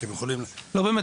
באמת,